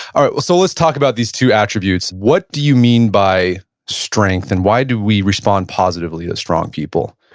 all right. so let's talk about these two attributes. what do you mean by strength? and why do we respond positively to strong people?